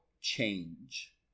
change